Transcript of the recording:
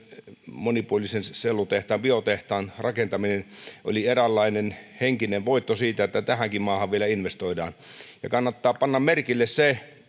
monipuolisen sellutehtaan biotehtaan rakentaminen oli eräänlainen henkinen voitto siinä että tähänkin maahan vielä investoidaan kannattaa panna merkille se